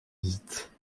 visite